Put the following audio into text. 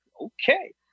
Okay